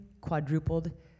quadrupled